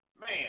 man